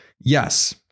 yes